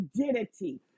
identity